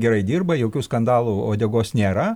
gerai dirba jokių skandalų uodegos nėra